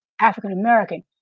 African-American